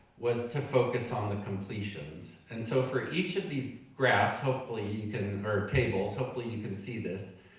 was to focus on the completions. and so for each of these graphs, hopefully you can, or tables, hopefully you can see this,